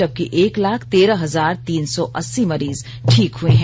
जबकि एक लाख तेरह हजार तीन सौ अस्सी मरीज ठीक हुए हैं